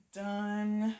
done